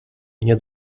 nie